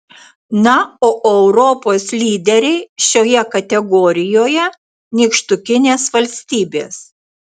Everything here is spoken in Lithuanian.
na o europos lyderiai šioje kategorijoje nykštukinės valstybės